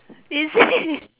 is it